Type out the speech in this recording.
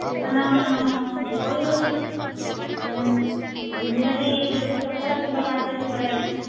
ଯେତନ କହି ହେଉନି ନିହାତି ଏ ଗୋଟିଏ ସପ୍ତାହ କିମ୍ବା ପାଞ୍ଚଦିନ ପରେ ଆସିବି